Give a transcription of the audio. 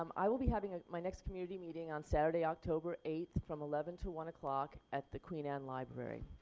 um i will be having ah my next community meeting on saturday, october eight from eleven to one o'clock at the queen anne library.